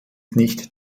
nicht